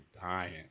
dying